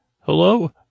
Hello